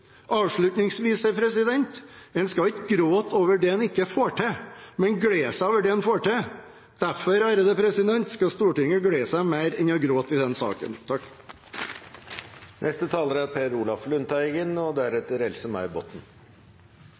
Avslutningsvis: En skal ikke gråte over det en ikke får til, men glede seg over det en får til. Derfor skal Stortinget glede seg mer enn å gråte i denne saken. Jordbrukets organisasjoner fremmer sitt krav, staten ved forhandlingsleder Leif Forsell svarer med et tilbud, avstanden er